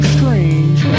Strange